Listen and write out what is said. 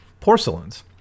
porcelains